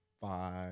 five